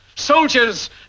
Soldiers